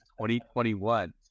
2021